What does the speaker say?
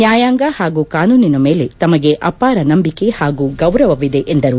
ನ್ನಾಯಾಂಗ ಹಾಗೂ ಕಾನೂನಿನ ಮೇಲೆ ತಮಗೆ ಅಪಾರ ನಂಬಿಕೆ ಹಾಗೂ ಗೌರವವಿದೆ ಎಂದರು